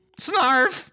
snarf